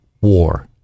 war